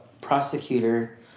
prosecutor